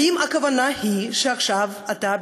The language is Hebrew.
האם הכוונה היא שעכשיו אתה,